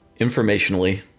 informationally